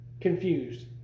confused